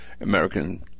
American